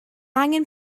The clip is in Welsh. angen